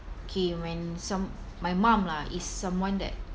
okay when some my mum lah is someone that